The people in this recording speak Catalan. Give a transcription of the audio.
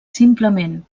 simplement